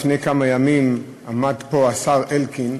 לפני כמה ימים עמד פה השר אלקין,